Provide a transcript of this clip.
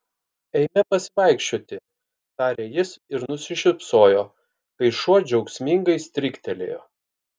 eime pasivaikščioti tarė jis ir nusišypsojo kai šuo džiaugsmingai stryktelėjo